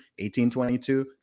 1822